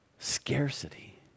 Scarcity